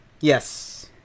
Yes